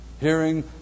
Hearing